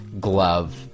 glove